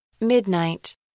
Midnight